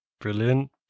Brilliant